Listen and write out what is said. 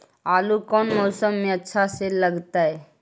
आलू कौन मौसम में अच्छा से लगतैई?